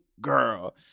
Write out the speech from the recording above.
girl